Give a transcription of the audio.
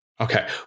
Okay